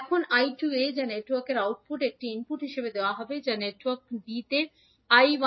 এখন 𝐈2𝒂 যা network output a একটি ইনপুট হিসাবে দেওয়া হবে যা নেটওয়ার্ক b তে 𝐈1𝒃